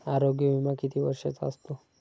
आरोग्य विमा किती वर्षांचा असतो?